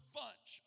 bunch